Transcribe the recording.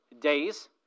days